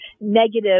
negative